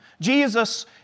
Jesus